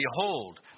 behold